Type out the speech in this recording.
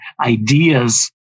ideas